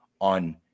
on